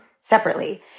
separately